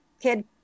Kid